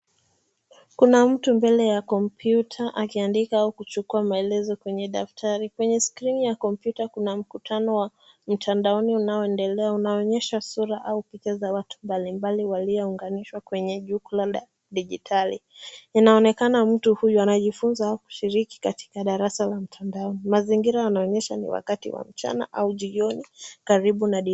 Kuna mtu mbele ya kompyuta, akiandika au kuchukua maelezo kwenye daftari. Kwenye skrini ya kompyuta, kuna mkutano wa mtandaoni unaoendelea. Unaonyesha sura au picha za watu mbalimbali, waliounganishwa kwenye jukwaa la kidijitali. Inaonekana mtu huyu anajifunza au kushiriki katika darasa la mtandaoni. Mazingira yanaonyesha kuwa ni wakati wa mchana au jioni, karibu na kidijitali.